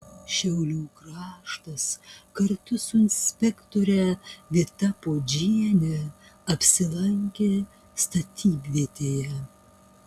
šiaulių kraštas kartu su inspektore vyta puodžiene apsilankė statybvietėje